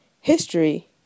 history